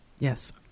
Yes